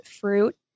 fruit